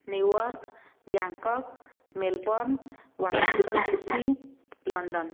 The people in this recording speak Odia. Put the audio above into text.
New York Bangkok Melbourne Washington D C London